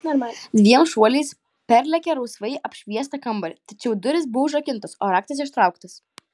dviem šuoliais perlėkė rausvai apšviestą kambarį tačiau durys buvo užrakintos o raktas ištrauktas